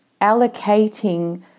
allocating